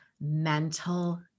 mental